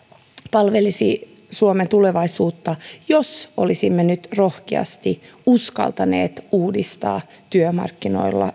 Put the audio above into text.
palvelisi suomen tulevaisuutta jos olisimme nyt rohkeasti uskaltaneet uudistaa työmarkkinoita